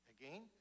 Again